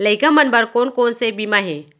लइका मन बर कोन कोन से बीमा हे?